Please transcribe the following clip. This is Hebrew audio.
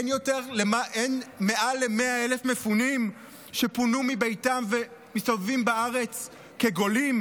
אין מעל ל-100,000 שפונו מביתם ומסתובבים בארץ כגולים?